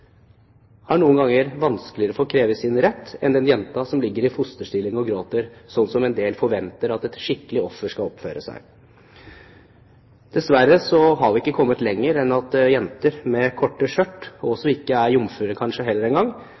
har noen ganger vanskeligere for å kreve sin rett enn den jenta som ligger i fosterstilling og gråter, sånn som en del forventer at et «skikkelig» offer skal oppføre seg. Dessverre har vi ikke kommet lenger enn at jenter med korte skjørt, og som kanskje heller ikke engang er jomfruer, på en